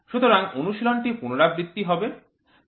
সুতরাং অনুশীলনটি পুনরাবৃত্তি হবে